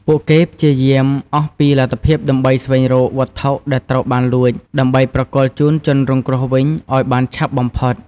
ពួកគេព្យាយាមអស់ពីលទ្ធភាពដើម្បីស្វែងរកវត្ថុដែលត្រូវបានលួច ដើម្បីប្រគល់ជូនជនរងគ្រោះវិញឲ្យបានឆាប់បំផុត។